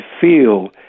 feel